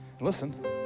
Listen